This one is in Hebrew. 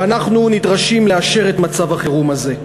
ואנחנו נדרשים לאשר את מצב החירום הזה.